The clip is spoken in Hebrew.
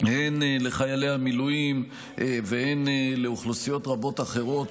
הן לחיילי המילואים והן לאוכלוסיות רבות אחרות